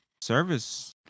service